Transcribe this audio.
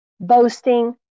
boasting